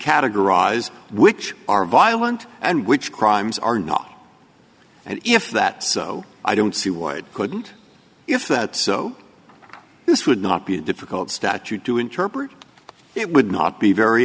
categorize which are violent and which crimes are not and if that so i don't see why it couldn't if that so this would not be a difficult statute to interpret it would not be very